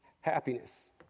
happiness